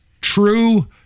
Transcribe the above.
true